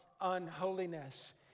unholiness